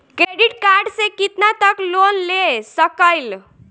Credit card से कितना तक लोन ले सकईल?